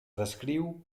descriu